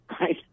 right